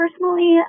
Personally